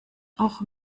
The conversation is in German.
auch